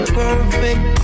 perfect